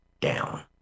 down